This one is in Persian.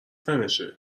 تنشه